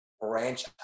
branch